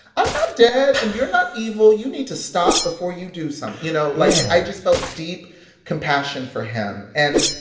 i'm not dead, and you're not evil. you need to stop before you do something yeah you know, like, i just felt deep compassion for him. and,